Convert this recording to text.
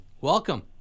welcome